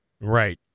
Right